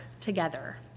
together